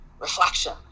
reflection